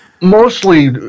Mostly